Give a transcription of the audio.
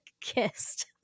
Kissed